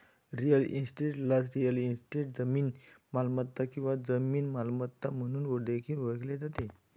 real इस्टेटला real estate, जमीन मालमत्ता किंवा जमीन मालमत्ता म्हणून देखील ओळखले जाते